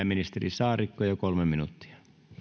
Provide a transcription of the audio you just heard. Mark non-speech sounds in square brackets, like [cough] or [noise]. [unintelligible] ministeri saarikko ja kolme minuuttia